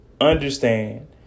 understand